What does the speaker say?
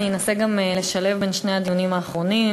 אני אנסה גם לשלב את שני הדיונים האחרונים,